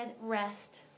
rest